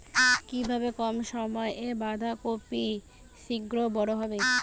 কিভাবে কম সময়ে বাঁধাকপি শিঘ্র বড় হবে?